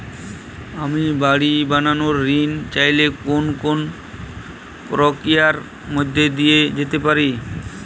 আমি বাড়ি বানানোর ঋণ চাইলে কোন কোন প্রক্রিয়ার মধ্যে দিয়ে যেতে হবে?